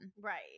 right